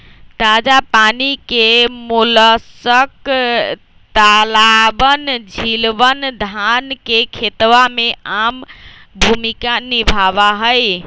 ताजा पानी के मोलस्क तालाबअन, झीलवन, धान के खेतवा में आम भूमिका निभावा हई